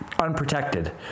unprotected